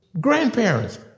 Grandparents